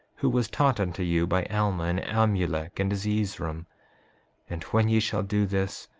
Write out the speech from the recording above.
who was taught unto you by alma, and amulek, and zeezrom and when ye shall do this,